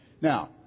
Now